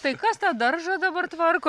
tai kas tą daržą dabar tvarko